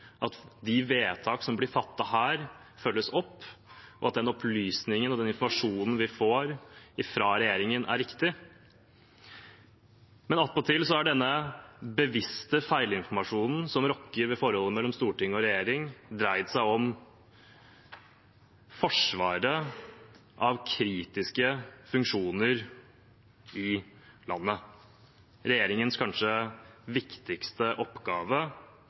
at de vedtak som blir fattet her, følges opp, og at de opplysningene og den informasjonen vi får fra regjeringen, er riktig, men attpåtil har denne bevisste feilinformasjonen som rokker ved forholdet mellom storting og regjering, dreid seg om forsvaret av kritiske funksjoner i landet, regjeringens kanskje viktigste oppgave,